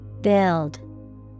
Build